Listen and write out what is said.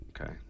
Okay